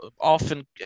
often